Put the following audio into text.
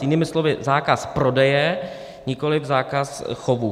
Jinými slovy zákaz prodeje, nikoli zákaz chovu.